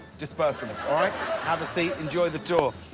dispercent them, have a seat, enjoy the term.